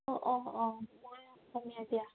অঁ অঁ মই অসমীয়া দিয়া